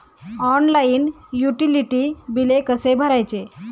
Online utility बिले कसे भरायचे?